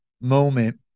moment